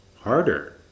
harder